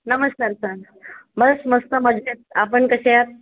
नमस्कार सर बस मस्त मजेत आपण कसे आहात